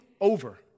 over